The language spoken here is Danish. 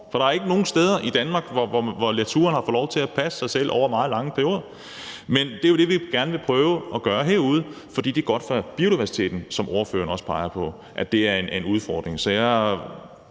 der er ikke nogen steder i Danmark, hvor naturen har fået lov til at passe sig selv over meget lange perioder, men det er jo det, vi gerne vil prøve at gøre derude, fordi det er godt for biodiversiteten, som ordføreren også peger på er en udfordring.